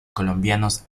colombianos